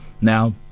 Now